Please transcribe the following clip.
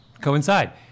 coincide